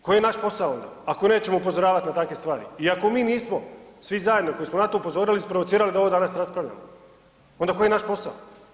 Koji je naš posao onda ako nećemo upozoravati na takve stvari i ako mi nismo svi zajedno koji smo na to upozorili isprovocirali da ovo danas raspravljamo, onda koji je naš posao.